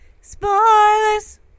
Spoilers